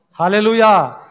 Hallelujah